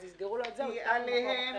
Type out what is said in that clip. אז יסגרו לו את זה והוא יבוא ממקום אחר.